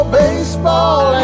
baseball